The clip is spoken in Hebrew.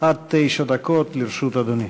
עד תשע דקות לרשות אדוני.